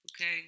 Okay